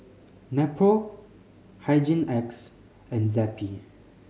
Nepro Hygin X and Zappy